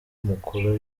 mukuru